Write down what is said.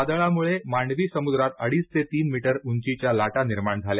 वादळामुळे मांडवी समुद्रात अडीच ते तीन मीटर उंचीच्या लाटा निर्माण झाल्या